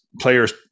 players